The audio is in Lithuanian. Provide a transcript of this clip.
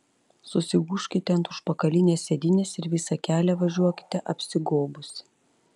susigūžkite ant užpakalinės sėdynės ir visą kelią važiuokite apsigobusi